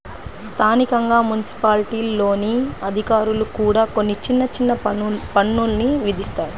స్థానికంగా మున్సిపాలిటీల్లోని అధికారులు కూడా కొన్ని చిన్న చిన్న పన్నులు విధిస్తారు